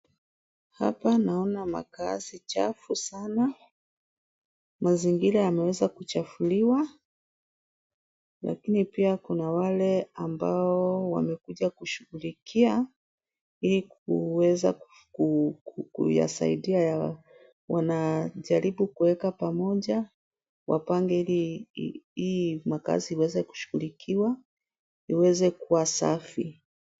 Hapa naona makaazi chafu sana. Mazingira yameweza kuchafuliwa lakini pia kuna wale ambao wamekuja kushughulikia ili kuweza kuyasaidia. Wanajaribu kuweka pamoja wapange hii makazi iweze kushughulikiwa iweze kuwa safi.